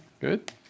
good